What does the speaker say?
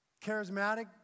charismatic